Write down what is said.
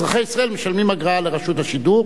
אזרחי ישראל משלמים אגרה לרשות השידור.